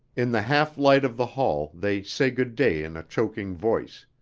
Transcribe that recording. in the half light of the hall they say good day in a choking voice,